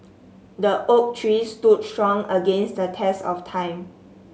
the oak tree stood strong against the test of time